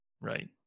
right